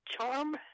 charm